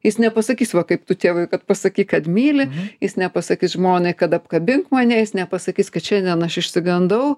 jis nepasakys va kaip tu tėvui kad pasakyk kad myli jis nepasakys žmonai kad apkabink mane jis nepasakys kad šiandien aš išsigandau